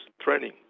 training